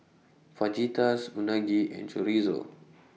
Fajitas Unagi and Chorizo